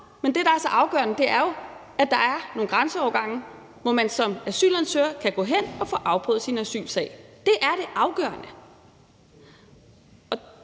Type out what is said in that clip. Men det, der er så afgørende, er, at der er nogle grænseovergange, hvor man som asylansøger kan gå hen og få afprøvet sin asylsag. Det er det afgørende.